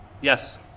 Yes